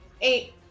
Eight